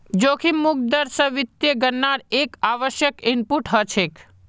जोखिम मुक्त दर स वित्तीय गणनार एक आवश्यक इनपुट हछेक